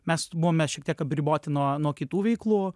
mes buvome šiek tiek apriboti nuo nuo kitų veiklų